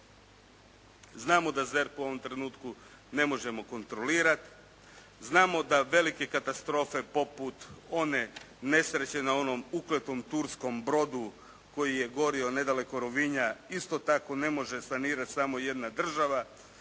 Znamo da ZERP u ovom trenutku ne možemo kontrolirati, znamo da velike katastrofe poput one nesreće na onom ukletom turskom brodu koji je gorio nedaleko Rovinja isto tako ne može sanirati samo jedna država,